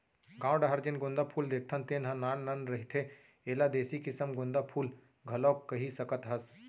गाँव डाहर जेन गोंदा फूल देखथन तेन ह नान नान रहिथे, एला देसी किसम गोंदा फूल घलोक कहि सकत हस